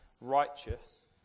righteous